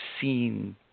seen –